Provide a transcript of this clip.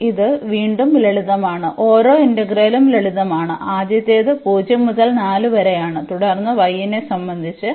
അതിനാൽ ഇത് വീണ്ടും ലളിതമാണ് ഓരോ ഇന്റഗ്രലും ലളിതമാണ് ആദ്യത്തേത് 0 മുതൽ 4 വരെയാണ് തുടർന്ന് y നെ സംബന്ധിച്ച്